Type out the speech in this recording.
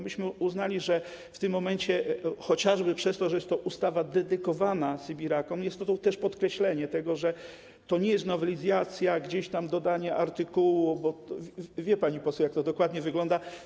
Myśmy uznali, że w tym momencie, chociażby przez to, że jest to ustawa dedykowana sybirakom, jest to podkreślenie tego, że to nie jest nowelizacja, dodanie gdzieś tam artykułu, wie pani poseł, jak to dokładnie wygląda.